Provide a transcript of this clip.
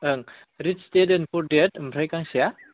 ओं rich dad poor dad ओमफ्राय गांसेया